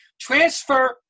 Transfer